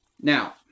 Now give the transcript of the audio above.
now